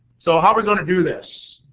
so how we're going to do this?